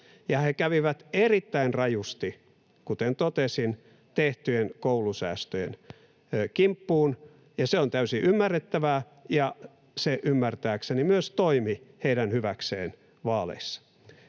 he kävivät erittäin rajusti, kuten totesin, tehtyjen koulusäästöjen kimppuun, ja se on täysin ymmärrettävää, ja se ymmärtääkseni myös toimi heidän hyväkseen vaaleissa.